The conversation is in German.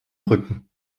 rücken